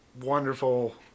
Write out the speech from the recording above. wonderful